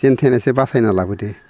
जेनथेनैसो बासायना लाबोदो